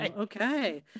okay